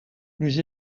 nous